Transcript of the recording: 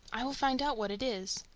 i will find out what it is.